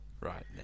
right